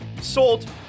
sold